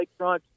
lakefront